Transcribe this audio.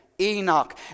Enoch